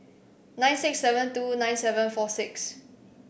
nine six seven two nine seven four six